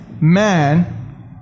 man